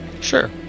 Sure